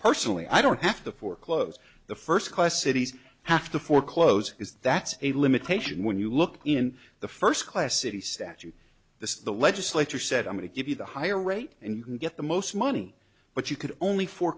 personally i don't have to foreclose the first class cities have to foreclose is that's a limitation when you look in the first class city statute this is the legislature said i'm going to give you the higher rate and you can get the most money but you could only for